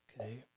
okay